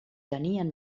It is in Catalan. tenien